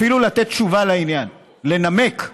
אפילו לתת תשובה לעניין, לנמק,